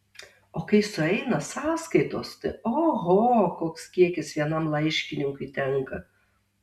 o kai sueina sąskaitos tai oho koks kiekis vienam laiškininkui tenka